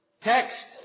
text